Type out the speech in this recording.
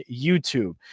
youtube